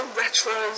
retro